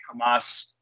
Hamas